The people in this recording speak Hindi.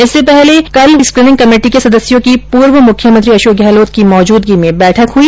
इससे पहले कल स्क्रीनिंग कमेटी के सदस्यों की पूर्व मुख्यमंत्री अषोक गहलोत की मौजूदगी में बैठक हुई